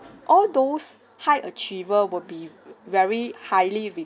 all those high achiever would be very highly re~